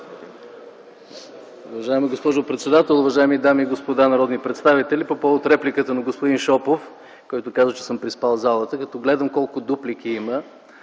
Уважаема госпожо председател, уважаеми дами и господа народни представители! По повод репликата на господин Шопов, който каза, че съм приспал залата - като гледам колко реплики има,